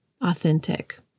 authentic